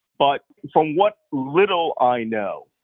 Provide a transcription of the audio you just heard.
but from what little i know,